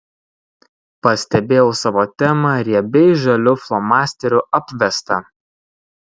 pastebėjau savo temą riebiai žaliu flomasteriu apvestą